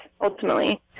ultimately